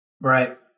Right